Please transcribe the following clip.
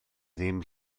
ddim